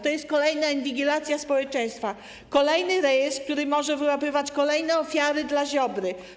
To jest kolejna inwigilacja społeczeństwa, kolejny rejestr, który może wyłapywać kolejne ofiary dla Ziobry.